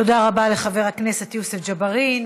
תודה רבה לחבר הכנסת יוסף ג'בארין.